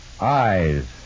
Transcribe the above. Eyes